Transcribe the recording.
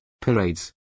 Parades